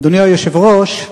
אדוני היושב-ראש,